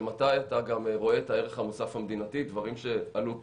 ומתי אתה גם רואה את הערך המוסף המדינתי דברים שעלו פה.